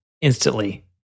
instantly